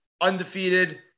undefeated